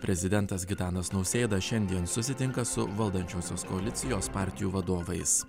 prezidentas gitanas nausėda šiandien susitinka su valdančiosios koalicijos partijų vadovais